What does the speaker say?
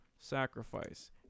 sacrifice